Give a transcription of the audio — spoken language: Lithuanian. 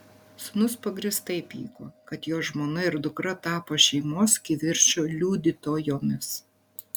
sūnus pagrįstai pyko kad jo žmona ir dukra tapo šeimos kivirčo liudytojomis